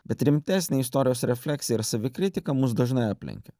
bet rimtesnė istorijos refleksija ir savikritika mus dažnai aplenkia